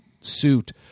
suit